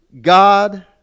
God